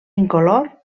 incolor